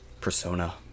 persona